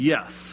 Yes